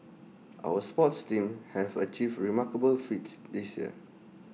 our sports teams have achieved remarkable feats this year